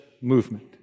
movement